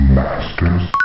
masters